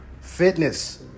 fitness